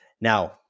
Now